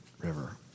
River